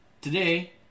Today